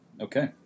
okay